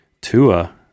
Tua